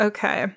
Okay